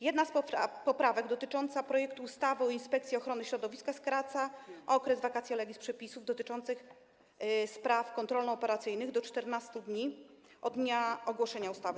Jedna z poprawek dotyczących projektu ustawy o Inspekcji Ochrony Środowiska skraca okres vacatio legis przepisów dotyczących spraw kontrolno-operacyjnych do 14 dni od dnia ogłoszenia ustawy.